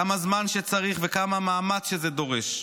כמה זמן שצריך וכמה מאמץ שזה דורש,